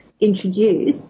introduce